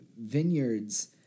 vineyards